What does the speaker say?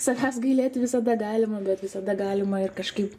savęs gailėti visada galima bet visada galima ir kažkaip